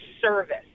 service